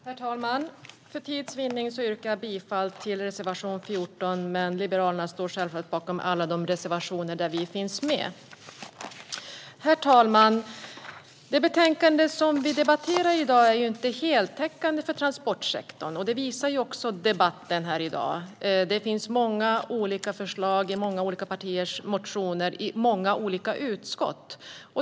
Herr talman! För tids vinnande yrkar jag bifall bara till reservation 14, men Liberalerna står självfallet bakom alla de reservationer där vi finns med. Herr talman! Det betänkande vi debatterar i dag är inte heltäckande för transportsektorn, och det visar debatten. Det finns många olika förslag i många olika partiers motioner och i många olika utskott.